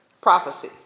prophecy